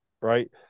right